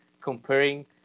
comparing